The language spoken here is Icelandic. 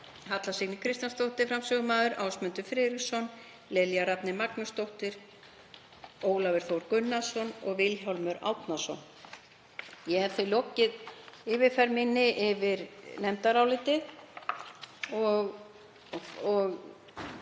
Halla Signý Kristjánsdóttir framsögumaður, Ásmundur Friðriksson, Lilja Rafney Magnúsdóttir, Ólafur Þór Gunnarsson og Vilhjálmur Árnason. Ég hef lokið yfirferð minni yfir nefndarálitið og